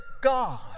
God